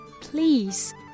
Please